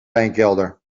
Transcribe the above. wijnkelder